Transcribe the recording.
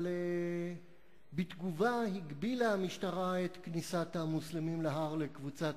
אבל בתגובה הגבילה המשטרה את כניסת המוסלמים להר לקבוצת